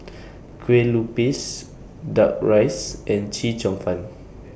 Kue Lupis Duck Rice and Chee Cheong Fun